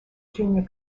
junior